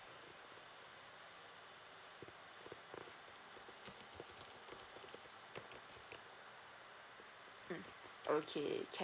mm okay can